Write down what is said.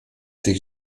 tych